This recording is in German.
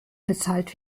bezahlt